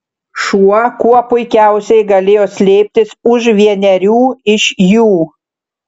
šuo kuo puikiausiai galėjo slėptis už vienerių iš jų